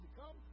come